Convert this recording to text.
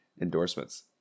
endorsements